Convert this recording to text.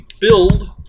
build